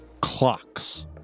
clocks